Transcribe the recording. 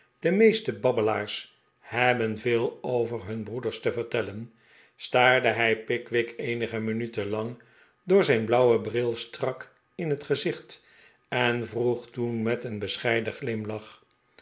de meeste babbelaars hebben veel over hun broeders te vertellen staarde hij pickwick eenige minuten lang door zijn blauwen bril strak in het gezicht en vroeg toen met een bescheiden